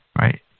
right